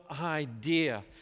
idea